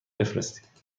بفرستید